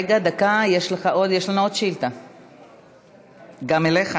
רגע, דקה, יש לנו עוד שאילתה אליך,